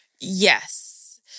Yes